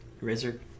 razor